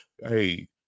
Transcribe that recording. hey